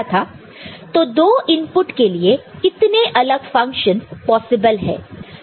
तो दो इनपुट के लिए कितने अलग फंक्शनस पॉसिबल है